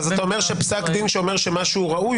אז אתה אומר שפסק דין שאומר שמשהו הוא ראוי,